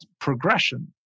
progression